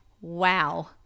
Wow